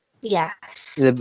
Yes